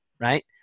right